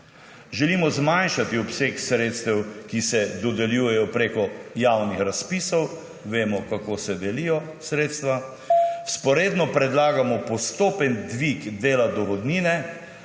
Želimo zmanjšati obseg sredstev, ki se dodeljujejo preko javnih razpisov − vemo, kako se delijo sredstva. Vzporedno predlagamo postopen dvig dela dohodnine